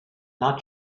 not